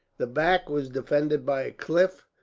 the back was defended by a cliff,